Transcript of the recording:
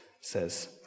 says